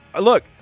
look